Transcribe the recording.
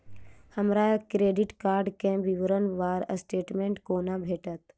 हमरा credit card केँ विवरण वा स्टेटमेंट कोना भेटत?